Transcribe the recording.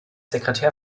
sekretär